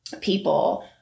people